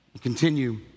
Continue